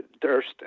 Durst